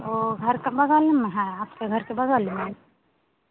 ओ घर के बगल में है आपके घर के बगल में